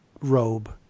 robe